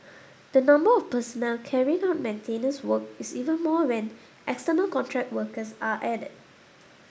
the number of personnel carrying out maintenance work is even more when external contract workers are added